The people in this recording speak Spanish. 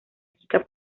chica